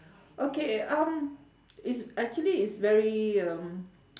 okay um is actually is very um